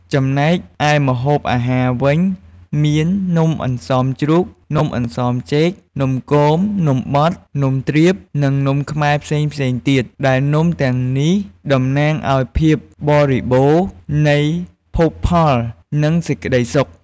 ចំណែកឯម្ហូបអាហារវិញមាន នំអន្សមជ្រូក នំអន្សមចេក នំគម នំបត់ នំទ្រាប និងនំខ្មែរផ្សេងៗទៀត ដែលនំទាំងនេះតំណាងឲ្យភាពបរិបូរណ៍នៃភោគផល និងសេចក្ដីសុខ។